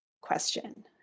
question